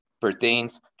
pertains